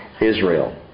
Israel